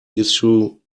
issue